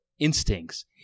instincts